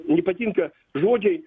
nepatinka žodžiai